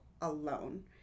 alone